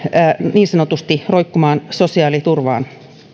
niin sanotusti roikkumaan sosiaaliturvaan